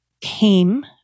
came